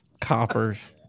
Coppers